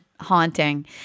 haunting